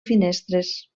finestres